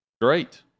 Great